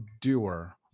doer